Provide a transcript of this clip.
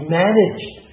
managed